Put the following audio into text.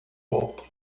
outro